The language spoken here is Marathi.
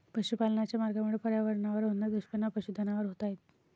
पशुपालनाच्या मार्गामुळे पर्यावरणावर होणारे दुष्परिणाम पशुधनावर होत आहेत